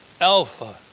Alpha